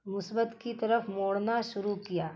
مثبت کی طرف موڑنا شروع کیا